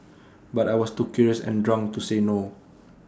but I was too curious and drunk to say no